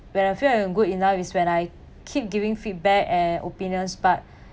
when I feel I'm good enough is when I keep giving feedback and opinions but